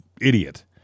idiot